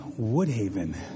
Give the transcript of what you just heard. woodhaven